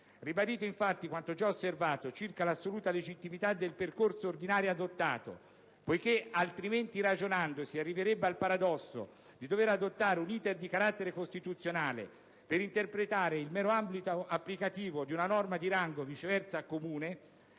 Ribadito, infatti, quanto già osservato circa l'assoluta legittimità del percorso ordinario adottato (poiché, altrimenti ragionando, si arriverebbe al paradosso di dover adottare un *iter* di carattere costituzionale per interpretare il mero ambito applicativo di una norma di rango, viceversa, comune),